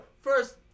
first